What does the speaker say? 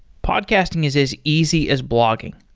podcasting is as easy as blogging.